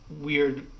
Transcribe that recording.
weird